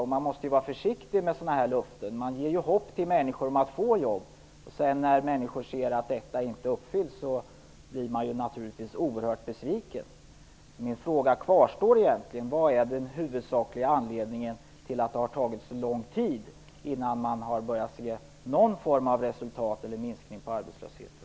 Man måste vara försiktig med sådana löften. Man ger ju hopp till människor om att de skall få jobb, och när de sedan ser att detta inte infrias blir de naturligtvis oerhört besvikna. Min fråga kvarstår. Vad är den huvudsakliga anledningen till att det har tagit så lång tid innan man börjat se någon form av resultat eller minskning av arbetslösheten?